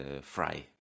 fry